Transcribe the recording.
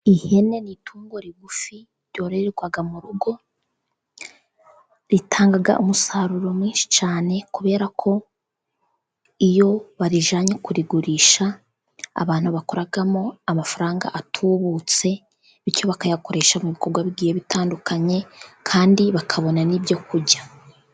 Ihene ni itungo rigufi ryororerwa mu rugo. Ritanga umusaruro mwinshi cyane, kubera ko iyo barijyanye kurigurisha abantu bakuramo amafaranga atubutse, bityo bakayakoresha mu bikorwa bigiye bitandukanye kandi bakabona n'ibyo kurya.